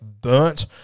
burnt